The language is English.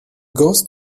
ghost